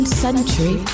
century